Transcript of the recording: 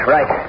Right